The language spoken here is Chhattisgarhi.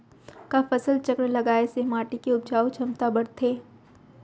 का फसल चक्र लगाय से माटी के उपजाऊ क्षमता बढ़थे?